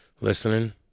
listening